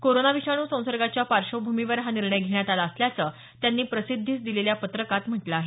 corona विषाणू संसर्गाच्या पार्श्वभूमीवर हा निर्णय घेण्यात आला असल्याचं त्यांनी प्रसिद्धीस दिलेल्या पत्रकात म्हटलं आहे